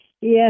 Yes